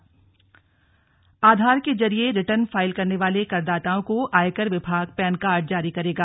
pan Aadhaar card Aadhaar के जरिए return file करने वाले करदाताओं को आयकर विभाग पैन कार्ड जारी करेगा